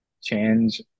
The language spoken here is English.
change